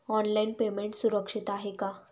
Online payment सुरक्षित आहे का?